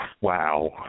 wow